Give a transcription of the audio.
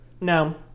no